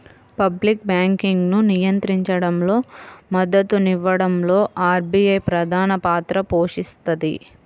public బ్యాంకింగ్ను నియంత్రించడంలో, మద్దతునివ్వడంలో ఆర్బీఐ ప్రధానపాత్ర పోషిస్తది